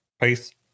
peace